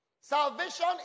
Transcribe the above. salvation